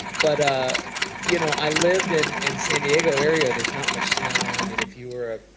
but ah you know i lived in in san diego area, there's not much snow. i mean if you were a